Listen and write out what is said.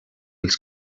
els